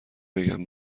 بگم